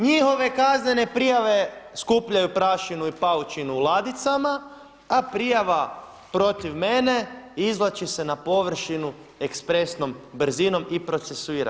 Njihove kaznene prijave skupljaju prašinu i paučinu u ladicama, a prijava protiv mene izvlači se na površinu ekspresnom brzinom i procesuira.